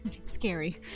scary